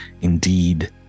indeed